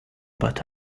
but